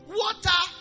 water